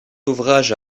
ouvrage